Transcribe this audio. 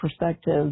perspective